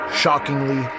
shockingly